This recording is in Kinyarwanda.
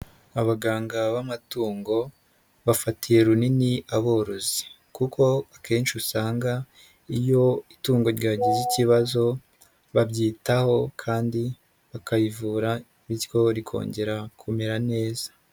Abaganga b'amatungo, bafatiye runini aborozi kuko akenshi usanga iyo itungo ryagize ikibazo, babyitaho kandi bakayivura, bityo rikongera kumera neza.